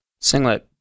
singlet